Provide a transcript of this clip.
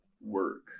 work